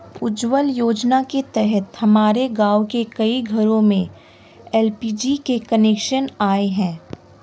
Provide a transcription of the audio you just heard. उज्ज्वला योजना के तहत हमारे गाँव के कई घरों में एल.पी.जी के कनेक्शन आए हैं